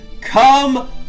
come